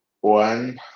one